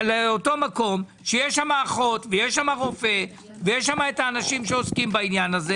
לאותו מקום שיש שם אחות ורופא ויש שם האנשים שעוסקים בזה.